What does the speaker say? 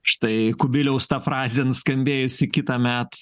štai kubiliaus ta frazė nuskambėjusi kitąmet